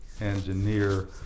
engineer